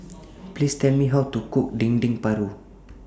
Please Tell Me How to Cook Dendeng Paru